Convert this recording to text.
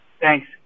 Thanks